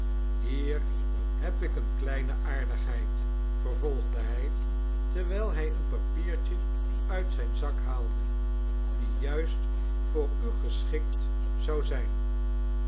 hier heb ik eene kleine aardigheid vervolgde hij terwijl hij een papiertje uit zijn zak haalde die juist voor u geschikt zou zijn